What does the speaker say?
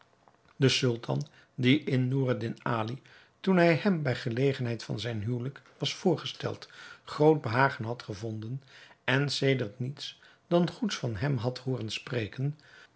de sultan die in noureddin ali toen hij hem bij gelegenheid van zijn huwelijk was voorgesteld groot behagen had gevonden en sedert niets dan goeds van hem had hooren spreken